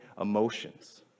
emotions